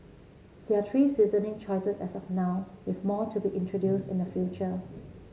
there are three seasoning choices as of now with more to be introduce in the future